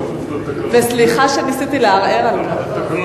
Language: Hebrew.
וסליחה שניסיתי לערער על כך.